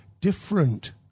different